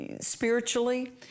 spiritually